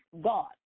God